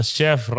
Chef